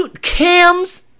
cams